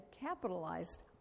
capitalized